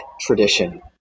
tradition